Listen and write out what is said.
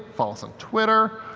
follow us on twitter.